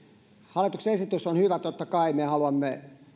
hallituksen esitys on hyvä totta kai me haluamme